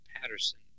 Patterson